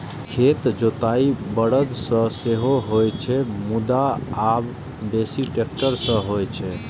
खेतक जोताइ बरद सं सेहो होइ छै, मुदा आब बेसी ट्रैक्टर सं होइ छै